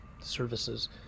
services